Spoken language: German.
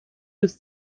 des